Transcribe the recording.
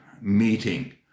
meeting